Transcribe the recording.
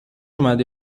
اومدی